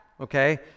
okay